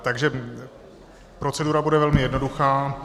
Takže procedura bude velmi jednoduchá.